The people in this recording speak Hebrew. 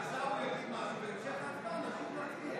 עכשיו הוא יגיד משהו, והמשך ההצבעה, נמשיך להצביע.